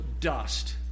dust